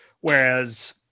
Whereas